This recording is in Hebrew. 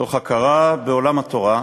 תוך הכרה בעולם התורה,